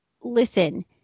listen